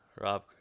Rob